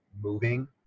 moving